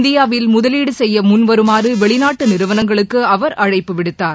இந்தியாவில் முதலீடு செய்ய முன்வருமாறு வெளிநாட்டு நிறுவனங்களுக்கு அவர் அழைப்பு விடுத்தார்